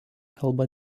kalba